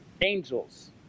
angels